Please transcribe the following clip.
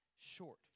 short